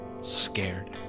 Scared